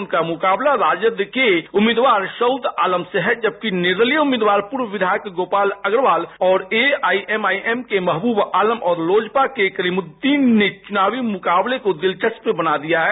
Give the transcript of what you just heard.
उनका मुकाबला राजद उम्मदीवार सउद आलम से है जबकि निर्दलीय उम्मीदवार पूर्व विधायक गोपाल अग्रवाल और आईएमआईएम के महबूब आलम और लोजपा के कलीमुददीन ने चुनावी मुकाबले को दिलचस्प बना दिया है